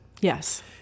Yes